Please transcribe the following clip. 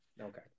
Okay